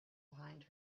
behind